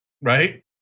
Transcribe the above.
right